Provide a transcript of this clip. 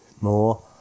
more